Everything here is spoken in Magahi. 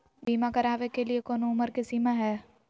बीमा करावे के लिए कोनो उमर के सीमा है?